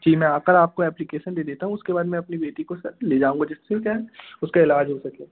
जी मैं आ कर आपको एप्लिकेसन दे देता हूँ उसके बाद मैं अपनी बेटी को सर ले जाऊँगा जिससे वह क्या है उसका इलाज हो सके